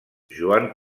joan